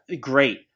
great